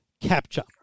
capture